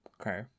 Okay